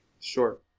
sure